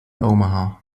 omaha